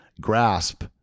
grasp